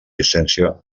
llicència